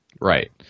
Right